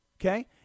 okay